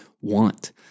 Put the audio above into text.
want